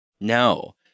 No